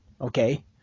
Okay